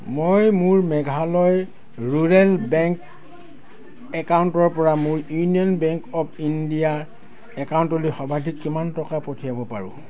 মই মোৰ Meghalaya Rural Bank একাউণ্টৰপৰা মোৰ ইউনিয়ন বেংক অৱ ইণ্ডিয়াৰ একাউণ্টলৈ সৰ্বাধিক কিমান টকা পঠিয়াব পাৰোঁ